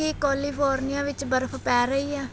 ਕੀ California ਵਿੱਚ ਬਰਫ਼ ਪੈ ਰਹੀ ਹੈ